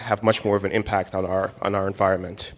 have much more of an impact on our on our environment